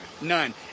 none